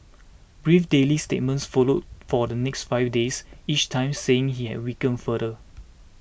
brief daily statements followed for the next five days each time saying he had weakened further